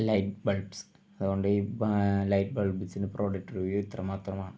light bulbs അതുകൊണ്ട് light ബൾബ്സിന് product review ഇത്ര മാത്രമാണ്